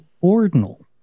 ordinal